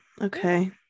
okay